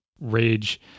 Rage